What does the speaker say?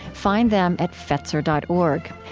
find them at fetzer dot org.